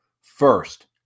first